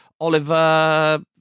Oliver